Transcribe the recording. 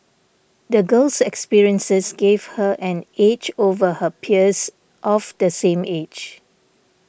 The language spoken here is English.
the girl's experiences gave her an edge over her peers of the same age